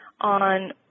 on